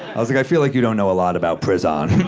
i was like, i feel like you don't know a lot about pris-on.